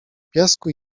piasku